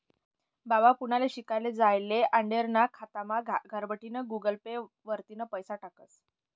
बाबा पुनाले शिकाले जायेल आंडेरना खातामा घरबठीन गुगल पे वरतीन पैसा टाकस